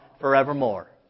forevermore